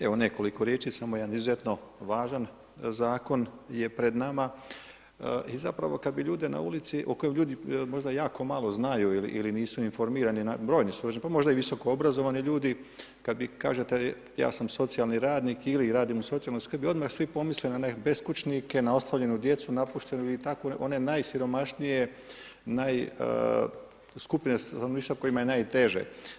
Evo nekoliko riječi, samo jedan izuzetno važan zakon je pred nama i zapravo kad bi ljude na ulici, o kojem ljudi možda jako malo znaju ili nisu informirani, brojni ... pa možda i visokoobrazovani ljudi, kad vi kažete ja sam socijalni radnik ili radim u socijalnoj skrbi, odmah svi pomisle na beskućnike, na ostavljenu djecu, napuštenu i tako, one najsiromašnije, skupine stanovništva kojima je najteže.